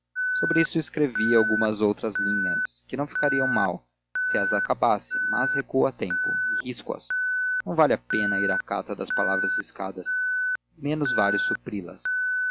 sobre isto escrevi agora algumas linhas que não ficariam mal se as acabasse mas recuo a tempo e risco as não vale a pena ir à cata das palavras riscadas menos vale supri las